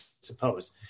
suppose